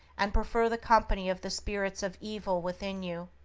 and prefer the company of the spirits of evil within you.